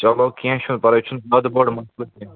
چلو کیٚنٛہہ چھُنہٕ پرواے یہِ چھُنہٕ زیادٕ بوٚڈ مسلہٕ کیٚنٛہہ